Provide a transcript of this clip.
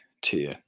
tier